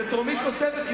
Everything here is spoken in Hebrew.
זה טרומית נוספת,